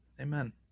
amen